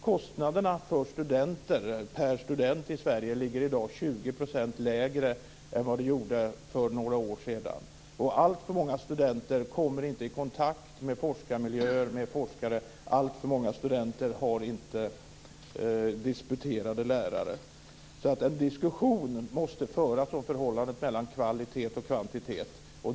Kostnaderna per student i Sverige är i dag 20 % lägre än för några år sedan. Alltför många studenter kommer inte i kontakt med forskarmiljöer och forskare. Alltför många studenter har inte disputerade lärare. En diskussion måste alltså föras om förhållandet mellan kvalitet och kvantitet.